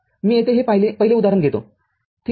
मी येथे हे पहिले उदाहरण घेतो ठीक आहे